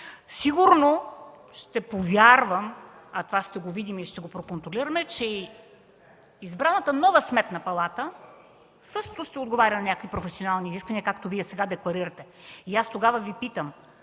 Сигурно ще повярвам, а това ще го видим и ще го проконтролираме, и че избраната нова Сметна палата също ще отговаря на някакви професионални изисквания, както Вие сега декларирате. И аз тогава Ви питам: